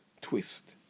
twist